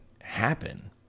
happen